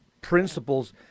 principles